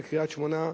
בקריית-שמונה.